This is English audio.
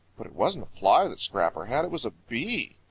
but it wasn't a fly that scrapper had. it was a bee.